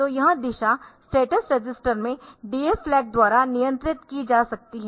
तो यह दिशा स्टेटस रजिस्टर में DF फ्लैग द्वारा नियंत्रित की जा सकती है